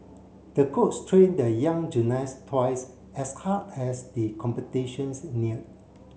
the coach trained the young gymnast twice as hard as the competitions neared